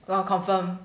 orh confirm